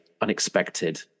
unexpected